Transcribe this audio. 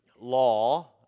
law